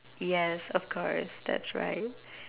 yes of course that's right